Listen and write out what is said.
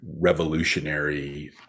revolutionary